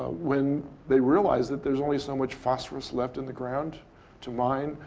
ah when they realize that there's only so much phosphorous left in the ground to mine,